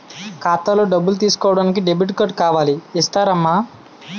ఖాతాలో డబ్బులు తీసుకోడానికి డెబిట్ కార్డు కావాలి ఇస్తారమ్మా